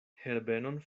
herbenon